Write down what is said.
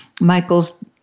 Michael's